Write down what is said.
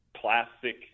plastic